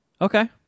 Okay